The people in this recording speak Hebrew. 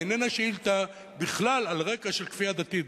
היא בכלל איננה שאילתא על רקע של כפייה דתית.